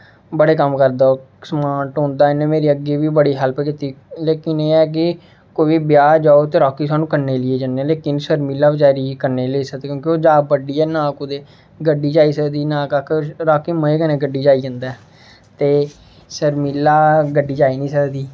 बडे़ कम्म करदा ओह् समान ढोंदा इ'न्ने मेरी अग्गें बी बड़ी हेल्प कीती लेकिन एह् ऐ कि कोई बी ब्याह जाओ ते राॅकी सानूं कन्नै लेइयै जन्ने लेकिन शर्मिला बचारी गी कन्नै नेईं लेई सकदे क्योंकि ओह् जादा बड्डी ऐ ना ना कुतै गड्डी च आई सकदी ना कक्ख राॅकी मजे कन्नै गड्डी च आई जंदा ते शर्मिला गड्डी च आई निं सकदी